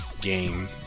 game